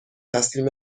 تسلیم